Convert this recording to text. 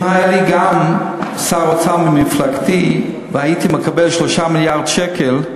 אם היה גם לי שר אוצר ממפלגתי והייתי מקבל 3 מיליארד שקל,